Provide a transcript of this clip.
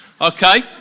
okay